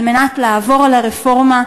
על מנת לעבור על הרפורמה,